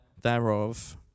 thereof